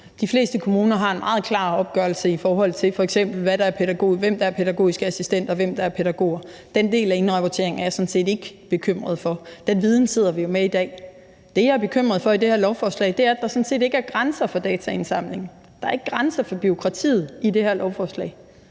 De fleste kommuner har en meget tydelig opgørelse over, hvem der f.eks. er pædagogiske assistenter, og hvem der er pædagoger. Den del af indrapporteringen er jeg sådan set ikke bekymret for. Den viden sidder vi jo med i dag. Det, jeg er bekymret for i det her lovforslag, er, at der sådan set ikke er grænser for dataindsamlingen. Der er ikke grænser for bureaukratiet i det her lovforslag,